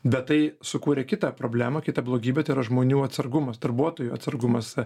bet tai sukūrė kitą problemą kitą blogybę yra žmonių atsargumas darbuotojų atsargumas